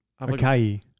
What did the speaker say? acai